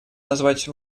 назвать